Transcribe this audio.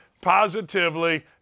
positively